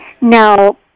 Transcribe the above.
Now